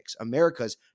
America's